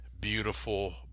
beautiful